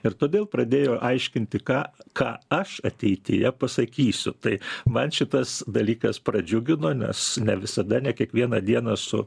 ir todėl pradėjo aiškinti ką ką aš ateityje pasakysiu tai man šitas dalykas pradžiugino nes ne visada ne kiekvieną dieną su